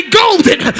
golden